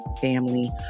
family